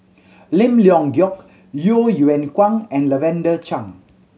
Lim Leong Geok Yeo Yeow Kwang and Lavender Chang